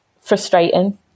frustrating